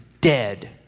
dead